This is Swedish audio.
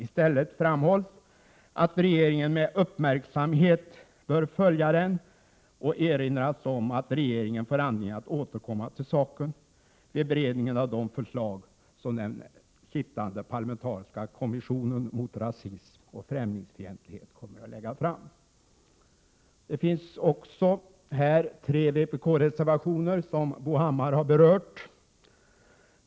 I stället framhålls att regeringen med uppmärksamhet bör följa den och erinras om att regeringen får anledning att återkomma till saken vid beredningen av de förslag som den sittande parlamentariska kommissionen mot rasism och främlingsfientlighet kommer att lägga fram. Här finns också tre vpk-reservationer, som Bo Hammar har berört.